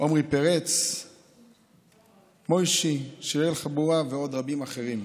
עומרי פרץ, מוישי, שיראל חבורה ועוד רבים אחרים.